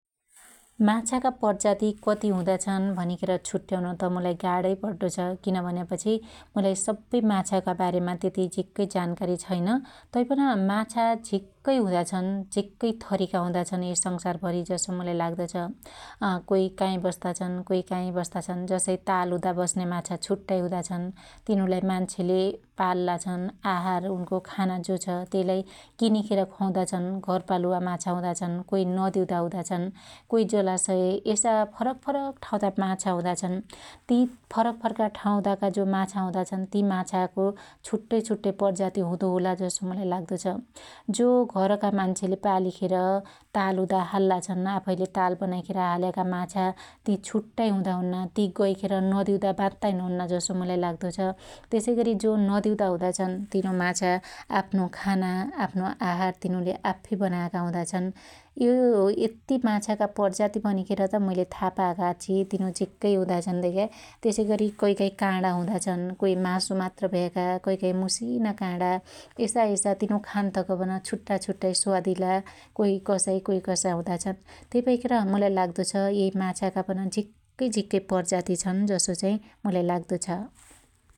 माछाका प्रजाती कती हुदा छन भनिखेर छुट्याउन त मुलाई गणै पड्डो छ, किन भन्यापछि मुलाई सब्बै माछाका बारेमा त्यति झिक्कै जानकारी छैन । तैपन माछा झिक्कै हुदाछन, झक्कै थरीका हुदाछन यो संसार भरी जसो मुलाई लाग्दो छ । अकोइ काइ बस्ता छन कोइ काइ बस्ताछन् । जसै तालउदा बस्न्या माछा छुट्टाई हुदाछन । तिनुलाई मान्छेले पालुला छन आहार उनको खाना जो छ त्यइलाइ किनिखेर ख्वाउदा छन् । घरपालुवा माछा हुदाछन कोइ नदिउदा हुदाछन । कोइ जलासय यसा फरक फरक ठाँउदा माछा हुदा छन् । ति फरक फरका ठाँउदाका जो माछा हुदा छन ति माछाको छुट्टै छुट्टै प्रजाती हुदो होला जसो मुलाई लाग्दो छ । जो घरका मान्छेले पालीखेर तालउदा हाल्ला छन आफैले ताल बनाईखेर हाल्याका माछा ति छुट्टाई हुदा हुन्ना ति गैखेर नदिउदा बात्ताईन हुन्ना जसो मुलाई लाग्दो छ । त्यसै गरी जो नदिउदा हुदा छन तिनु माछा आफ्नो खाना आफ्नो आहार तिनुले आफ्फी बनायाका हुदाछन् । यो यत्ती माछाका प्रजाती भनिखेरत मुईले था पायाका आक्ष्क्षी तिनु झिक्कै हुदा छन धेक्या । त्यसैगरी कैकाइ काणा हुदा छन् कोइ मासुमात्रै भ्याका कैकाइ कैकाइ मुसिना काणा यसायसा तिनु खान्तक पन छुट्टाछुट्टै स्वादीला कोइ कसाइ कोइ कसाइ हुदा छन् । त्यइ भैखेर मुलाइ लाग्दो छ यै माछाका पन झिक्कै झीक्कै प्रजाती छन जसो चाहि मुलाई लाग्दो छ ।